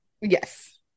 yes